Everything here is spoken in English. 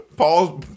Paul